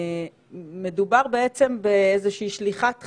מדובר בעצם באיזושהי שליחת חץ.